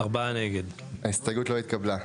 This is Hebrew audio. הצבעה בעד 3 נגד 4 ההסתייגות לא התקבלה.